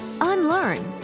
unlearn